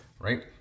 Right